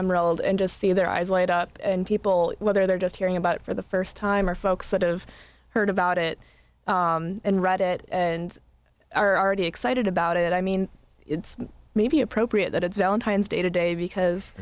old and just see their eyes light up and people whether they're just hearing about it for the first time or folks that of heard about it and read it and are already excited about it i mean it's maybe appropriate that it's valentine's day today because